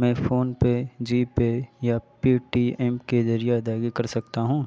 میں فون پے G Pay یا پے ٹی ایم کے ذریعہ ادائیگی کر سکتا ہوں